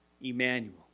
Emmanuel